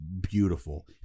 beautiful